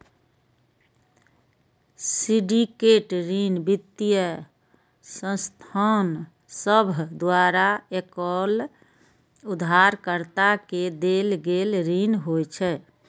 syndicate ऋण वित्तीय संस्थान सभ द्वारा एकल उधारकर्ता के देल गेल ऋण होइ छै